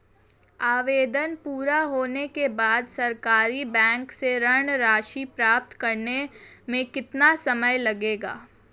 आवेदन पूरा होने के बाद सरकारी बैंक से ऋण राशि प्राप्त करने में कितना समय लगेगा?